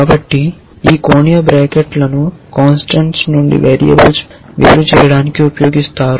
కాబట్టి ఈ కోణీయ బ్రాకెట్ల ను కాంస్టాంట్స్ నుండి వేరియబుల్స్ వేరు చేయడానికి ఉపయోగిస్తారు